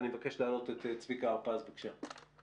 אני מבקש להעלות את צביקה הרפז, בבקשה.